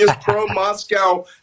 pro-Moscow